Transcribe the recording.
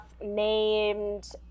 named